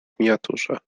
miniaturze